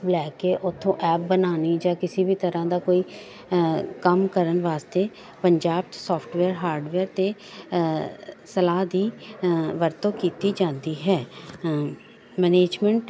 ਲੈ ਕੇ ਉੱਥੋਂ ਐਪ ਬਣਾਉਣੀ ਜਾਂ ਕਿਸੇ ਵੀ ਤਰ੍ਹਾਂ ਦਾ ਕੋਈ ਕੰਮ ਕਰਨ ਵਾਸਤੇ ਪੰਜਾਬ 'ਚ ਸੋਫਟਵੇਅਰ ਹਾਰਡਵੇਅਰ 'ਤੇ ਸਲਾਹ ਦੀ ਵਰਤੋਂ ਕੀਤੀ ਜਾਂਦੀ ਹੈ ਮਨੇਜਮੈਂਟ